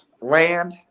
land